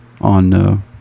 on